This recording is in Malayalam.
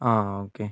ആ ആഹ് ഓക്കെ